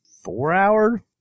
four-hour